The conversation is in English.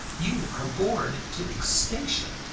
you are bored to extinction.